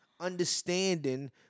understanding